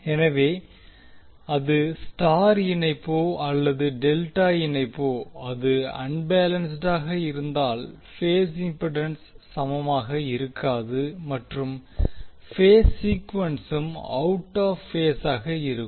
எனவே அது ஸ்டார் இணைப்போ அல்லது டெல்டா இணைப்போ அது அன்பேலன்ஸ்ட் ஆக இருந்தால் பேஸ் இம்பிடன்ஸ் சமமாக இருக்காது மற்றும் பேஸ் சீக்குவென்சும் அவுட் ஆப் பேஸ் ஆக இருக்கும்